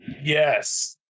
Yes